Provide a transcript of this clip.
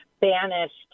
banished